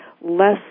less